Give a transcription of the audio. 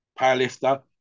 powerlifter